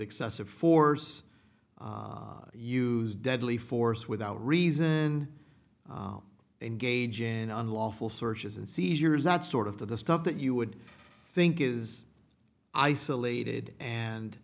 excessive force use deadly force without reason and gaijin unlawful searches and seizures that sort of the stuff that you would think is isolated and